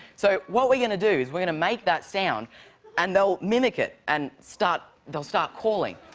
so, what we're going to do is, we're going to make that sound and they'll mimic it and start they'll start calling.